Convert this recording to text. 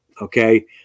okay